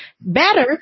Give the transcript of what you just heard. Better